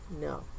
No